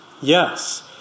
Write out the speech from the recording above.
yes